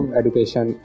education